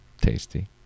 tasty